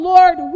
Lord